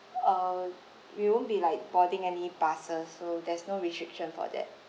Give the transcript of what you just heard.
uh you won't be like boarding any buses so there's no restriction for that